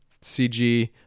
CG